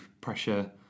pressure